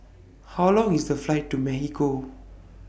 How Long IS The Flight to Mexico